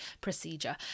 procedure